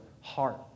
heart